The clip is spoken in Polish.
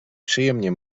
przyjemnie